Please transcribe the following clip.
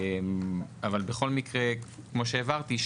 אבל בכל מקרה כמו שהבהרתי,